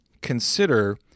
consider